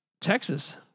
Texas